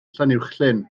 llanuwchllyn